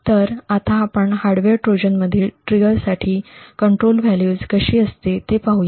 तर आता आपण हार्डवेअर ट्रोजनमधील ट्रिगरसाठी नियंत्रण मूल्ये कशी असतील ते पाहूया